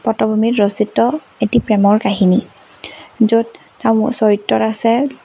পটভূমিত ৰচিত এটি প্ৰেমৰ কাহিনী য'ত তাৰ চৰিত্ৰত আছে